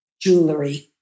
jewelry